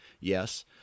yes